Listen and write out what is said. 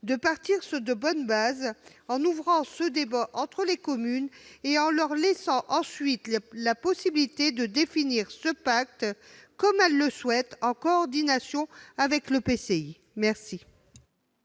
de partir sur de bonnes bases en ouvrant ce débat entre les communes et en leur laissant ensuite la possibilité ensuite de définir ce pacte comme elles le souhaitent, en coordination avec l'EPCI.